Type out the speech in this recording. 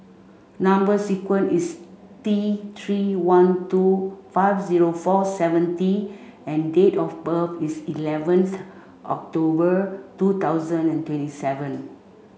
number sequence is T three one two five zero four seven T and date of birth is eleventh October two thousand and twenty seven